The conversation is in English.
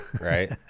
right